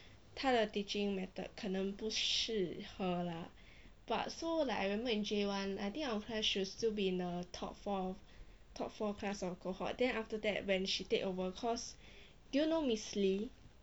他的 teaching method 可能不是适合 but so like I remember in J one I think our class should still be in the top four top four class in cohort then after that when she take over cause do you know miss lee